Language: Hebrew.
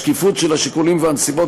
השקיפות של השיקולים והנסיבות,